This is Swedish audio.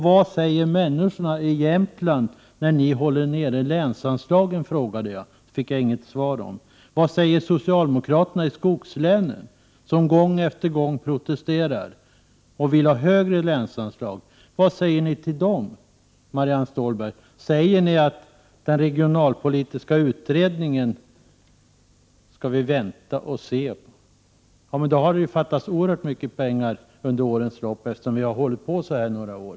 Vad säger människorna i Jämtland, när ni håller nere länsanslagen? Den frågan ställde jag tidigare, men jag fick inte något svar. Vad säger ni till socialdemokraterna i skogslänen som gång efter gång protesterar och vill ha högre länsanslag? Säger ni till dem att vi skall vänta på den regionalpolitiska utredningen? Då har det ju fattats oerhört mycket pengar under årens lopp, eftersom vi hållit på så här några år.